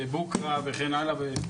ובוכרה וכן הלאה,